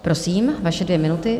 Prosím, vaše dvě minuty.